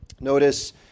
Notice